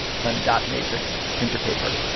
it's on dot matrix printer paper